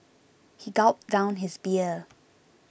he gulped down his beer